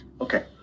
Okay